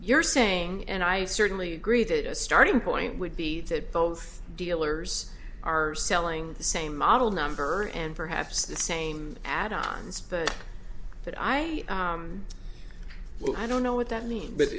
you're saying and i certainly agree that a starting point would be that both dealers are selling the same model number and perhaps the same add ons that i well i don't know what that means but